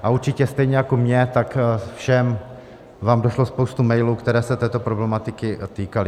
A určitě stejně jako mně, tak všem vám došla spousta mailů, které se této problematiky týkaly.